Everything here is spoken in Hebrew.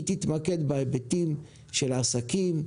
היא תתמקד בהיבטים של עסקים,